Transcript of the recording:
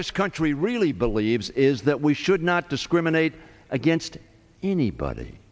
this country really believes is that we should not discriminate against anybody